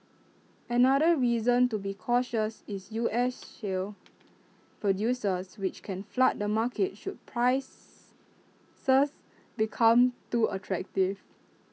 another reason to be cautious is U S shale producers which can flood the market should prices become too attractive